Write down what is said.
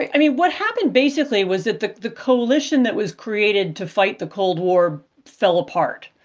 i mean, what happened basically was that the the coalition that was created to fight the cold war fell apart.